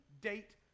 date